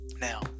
Now